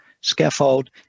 Scaffold